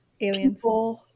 aliens